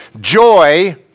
joy